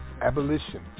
abolition